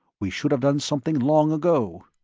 we should have done something long ago.